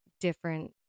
different